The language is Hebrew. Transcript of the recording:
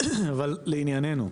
לענייננו.